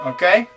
Okay